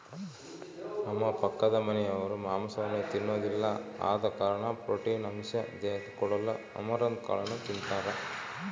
ನಮ್ಮ ಪಕ್ಕದಮನೆರು ಮಾಂಸವನ್ನ ತಿನ್ನೊದಿಲ್ಲ ಆದ ಕಾರಣ ಪ್ರೋಟೀನ್ ಅಂಶ ದೇಹಕ್ಕೆ ಕೊಡಲು ಅಮರಂತ್ ಕಾಳನ್ನು ತಿಂತಾರ